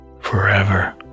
forever